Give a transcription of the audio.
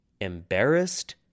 embarrassed